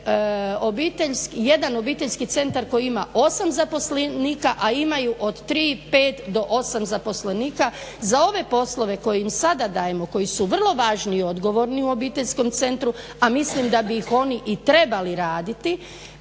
jedan obiteljski centar koji ima 8 zaposlenika, a imaju od 3, 5 do 8 zaposlenika za ove poslove koje im sada dajemo, koji su vrlo važni i odgovorni u obiteljskom centru, a mislim da bi ih oni i trebali raditi,